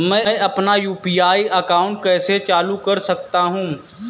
मैं अपना UPI account कैसे चालू कर सकता हूँ?